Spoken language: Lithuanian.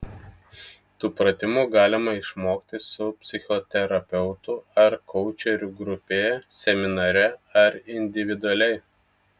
tų pratimų galima išmokti su psichoterapeutu ar koučeriu grupėje seminare ar individualiai